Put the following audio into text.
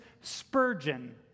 Spurgeon